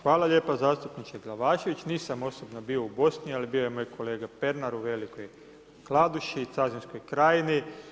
Hvala lijepa zastupniče Glavašević, nisam osobno bio u Bosni, ali bio je moj kolega Pernar u Velikoj Kladuši, Cazinskoj krajini.